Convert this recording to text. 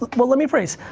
like well let me rephrase,